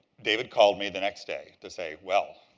david called me the next day to say, well,